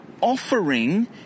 offering